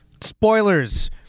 spoilers